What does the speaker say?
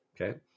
Okay